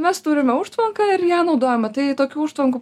mes turime užtvanką ir ją naudojame tai tokių užtvankų